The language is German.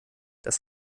das